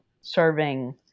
serving